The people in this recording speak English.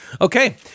Okay